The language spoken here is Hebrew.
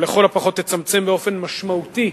או לכל הפחות תצמצם באופן משמעותי